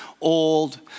old